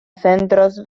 centros